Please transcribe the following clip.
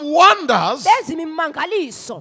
wonders